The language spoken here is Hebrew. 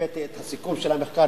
הבאתי את הסיכום של המחקר,